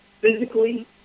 physically